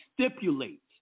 stipulate